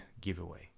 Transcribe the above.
giveaway